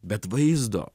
bet vaizdo